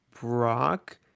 Brock